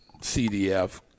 CDF